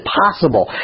possible